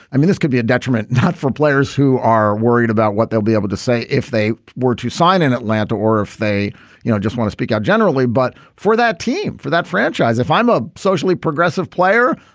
i mean, this could be a detriment, not for players who are worried about what they'll be able to say if they were to sign in atlanta or if they you know just want to speak out generally. but for that team, for that franchise, if i'm a socially progressive player,